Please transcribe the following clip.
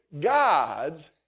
God's